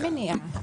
אין מניעה.